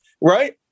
Right